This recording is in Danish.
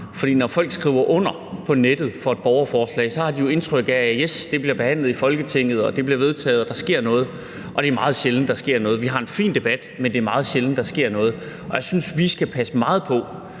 For når folk skriver under på nettet for et borgerforslag, har de jo indtryk af, at, yes, det bliver behandlet i Folketinget, det bliver vedtaget, og der sker noget. Men det er meget sjældent, der sker noget. Vi har en fin debat, men det er meget sjældent, der sker noget. Jeg synes, at vi skal passe meget på